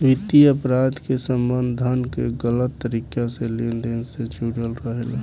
वित्तीय अपराध के संबंध धन के गलत तरीका से लेन देन से जुड़ल रहेला